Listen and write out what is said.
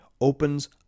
opens